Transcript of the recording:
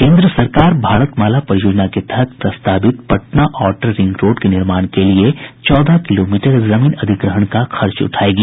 केन्द्र सरकार भारत माला परियोजना के तहत प्रस्तावित पटना आउटर रिंग रोड के निर्माण के लिए चौदह किलोमीटर जमीन अधिग्रहण का खर्च उठायेगी